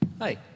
Hi